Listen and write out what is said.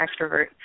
extrovert